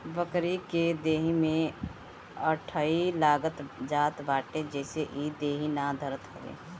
बकरी के देहि में अठइ लाग जात बा जेसे इ देहि ना धरत हवे